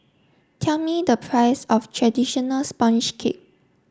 tell me the price of traditional sponge cake